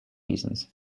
reasons